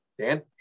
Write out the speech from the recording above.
Dan